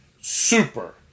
super